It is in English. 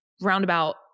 roundabout